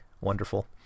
wonderful